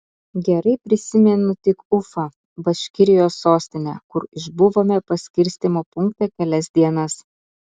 gerai prisimenu tik ufą baškirijos sostinę kur išbuvome paskirstymo punkte kelias dienas